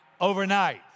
overnight